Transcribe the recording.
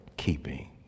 keeping